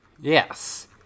Yes